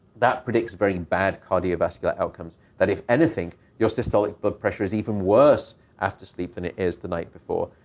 that predicts very bad cardiovascular outcomes, that if anything, your systolic blood but pressure is even worse after sleep than it is the night before.